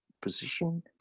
position